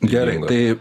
gerai tai